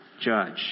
judge